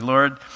Lord